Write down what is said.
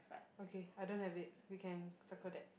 okay I don't have it we can circle that